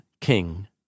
king